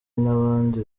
nabandi